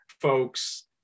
Folks